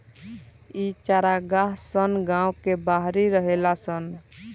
इ चारागाह सन गांव के बाहरी रहेला सन